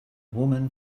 woman